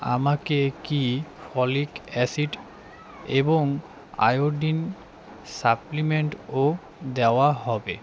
আমাকে কি folic acid এবং আয়োডিন সাপ্লিমেন্টও দেওয়া হবে